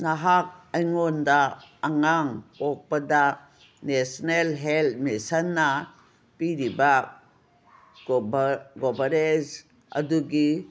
ꯅꯍꯥꯛ ꯑꯩꯉꯣꯟꯗ ꯑꯉꯥꯡ ꯄꯣꯛꯄꯗ ꯅꯦꯁꯅꯦꯜ ꯍꯦꯜꯠ ꯃꯤꯁꯟꯅ ꯄꯤꯔꯤꯕ ꯀꯣꯕꯔꯦꯖ ꯑꯗꯨꯒꯤ